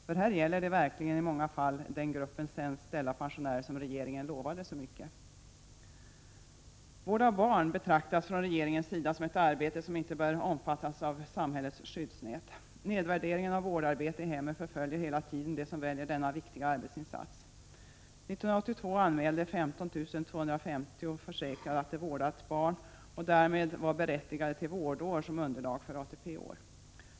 För här gäller det verkligen i många fall gruppen sämst ställda pensionärer, som regeringen lovade så mycket. Vård av barn betraktas från regeringens sida som ett arbete som inte bör omfattas av samhällets skyddsnät. Nedvärderingen av vårdarbete i hemmet förföljer hela tiden dem som väljer denna viktiga arbetsinsats. 1982 anmälde 15 250 försäkrade att de vårdat barn och därmed var berättigade till vårdår som underlag för ATP-år.